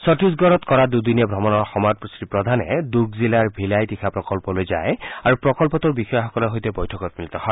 ছট্টিশগড়ত কৰা দুদিনীয়া ভ্ৰমণৰ সময়ত শ্ৰীপ্ৰধানে দুৰ্গ জিলাৰ ভিলাই তীখা প্ৰকল্পলৈ যায় আৰু প্ৰকল্পটোৰ বিষয়াসকলৰ সৈতে বৈঠকত মিলিত হয়